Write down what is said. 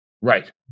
Right